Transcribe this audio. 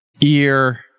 ear